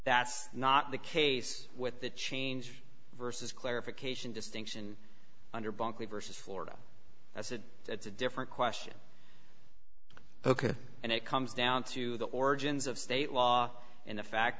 that's not the case with the change vs clarification distinction under buckley versus florida as a that's a different question ok and it comes down to the origins of state law and the fact